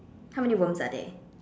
how many worms are there